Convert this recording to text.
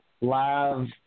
live